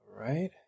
Right